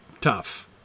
tough